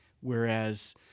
whereas